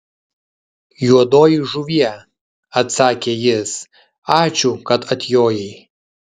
juodoji žuvie atsakė jis ačiū kad atjojai